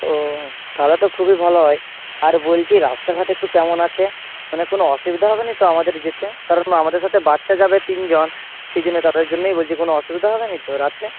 ও তাহলে তো খুবই ভালো হয় আর বলছি রাস্তাঘাট একটু কেমন আছে মানে কোনো অসুবিধা হবে নি তো আমাদের যেতে কারণ আমাদের সাথে বাচ্চা যাবে তিনজন সেই জন্যে তাদের জন্যেই বলছি কোনো অসুবিধা হবে নি তো রাত্রে